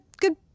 good